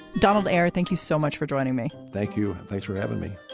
donald eyre, thank you so much for joining me. thank you. thanks for having me